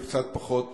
בקצת פחות